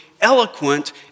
eloquent